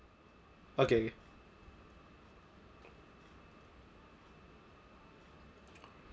okay K